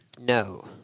No